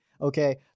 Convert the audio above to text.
Okay